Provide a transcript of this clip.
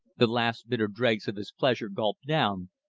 the last bitter dregs of his pleasure gulped down,